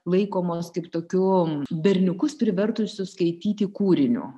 laikomos kaip tokiu berniukus privertusiu skaityti kūriniu